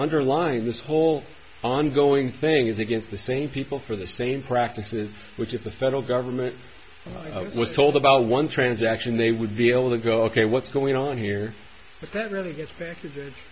underlying this whole ongoing thing is against the same people for the same practices which if the federal government was told about one transaction they would be able to go ok what's going on here but that really gets back